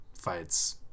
fights